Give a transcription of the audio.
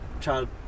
child